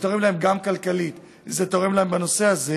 זה תרם להם גם כלכלית, וזה תורם להם גם נפשית.